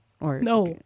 No